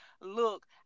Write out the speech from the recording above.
look